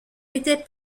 était